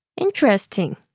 Interesting